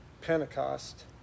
Pentecost